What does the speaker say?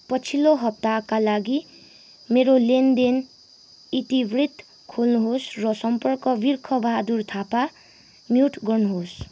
पछिल्लो हप्ताका लागि मेरो लेनदेन इतिवृत्त खोल्नुहोस् र सम्पर्क बिर्ख बहादुर थापा म्युट गर्नुहोस्